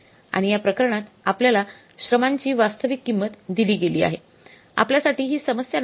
आणि या प्रकरणात आपल्याला श्रमांची वास्तविक किंमत दिली गेली आहे आपल्यासाठी ही समस्या नाही